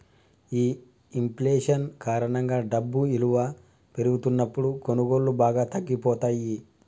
ఈ ఇంఫ్లేషన్ కారణంగా డబ్బు ఇలువ పెరుగుతున్నప్పుడు కొనుగోళ్ళు బాగా తగ్గిపోతయ్యి